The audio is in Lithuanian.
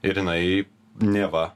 ir jinai neva